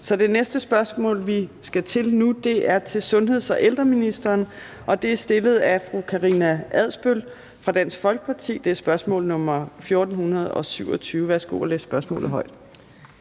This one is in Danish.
Så det næste spørgsmål, vi skal til nu, er til sundheds- og ældreministeren, og det er stillet af fru Karina Adsbøl fra Dansk Folkeparti. Det er spørgsmål nr. 1427. Kl. 14:34 Spm. nr.